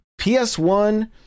ps1